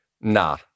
nah